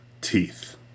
teeth